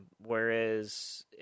Whereas